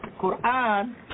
Qur'an